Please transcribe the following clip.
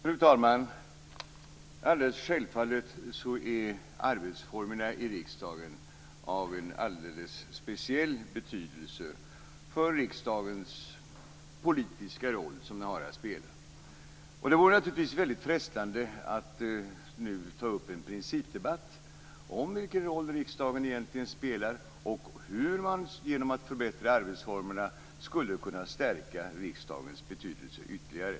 Fru talman! Självfallet är arbetsformerna i riksdagen av en alldeles speciell betydelse för den politiska roll som riksdagen har att spela. Det vore naturligtvis väldigt frestande att nu ta upp en principdebatt om vilken roll riksdagen egentligen spelar och hur man genom att förbättra arbetsformerna skulle kunna stärka riksdagens betydelse ytterligare.